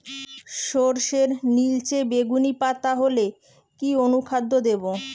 সরর্ষের নিলচে বেগুনি পাতা হলে কি অনুখাদ্য দেবো?